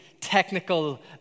technical